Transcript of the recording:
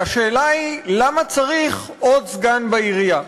והשאלה היא: למה צריך עוד סגן בעירייה?